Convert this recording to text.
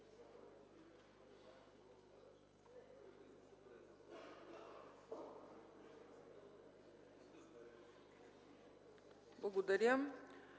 Благодаря